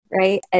right